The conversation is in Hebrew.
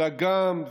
אלא גם,